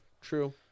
true